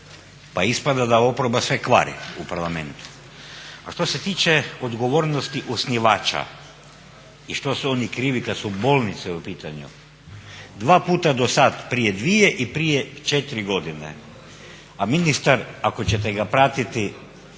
Pa ispada da oporba sve kvari u Parlamentu. A što se tiče odgovornosti osnivača i što su oni krivi kad su bolnice u pitanju, dva puta do sada prije dvije i prije četiri godine, a ministar ako ćete ga pratiti